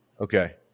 Okay